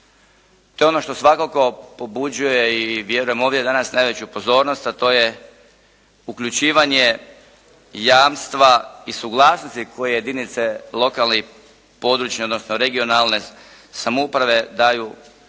To je ono što svakako pobuđuje i vjerujem ovdje danas najveću pozornost, a to je uključivanje jamstva i suglasnosti koje jedinice lokalne i područne, odnosno regionalne samouprave daju pravnoj